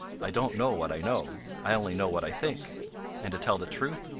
i don't know what i know, i only know what i think and to tell the truth,